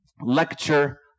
lecture